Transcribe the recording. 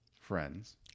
friends